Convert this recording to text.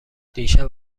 دیشب